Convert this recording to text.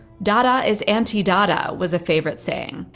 dada is anti-dada was a favorite saying.